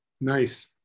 nice